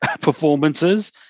performances